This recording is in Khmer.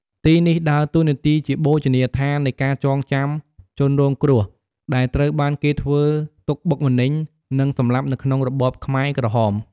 ទីនេះដើរតួនាទីជាបូជនីយដ្ឋាននៃការចងចាំជនរងគ្រោះ ដែលត្រូវបានគេធ្វើទុក្ខបុកម្នេញ និងសម្លាប់នៅក្នុងរបបខ្មែរក្រហម